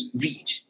read